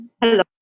Hello